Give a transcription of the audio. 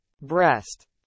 Breast